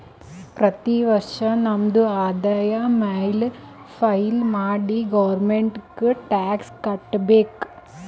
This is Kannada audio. ಪ್ರತಿ ವರ್ಷ ನಮ್ದು ಆದಾಯ ಮ್ಯಾಲ ಫೈಲ್ ಮಾಡಿ ಗೌರ್ಮೆಂಟ್ಗ್ ಟ್ಯಾಕ್ಸ್ ಕಟ್ಬೇಕ್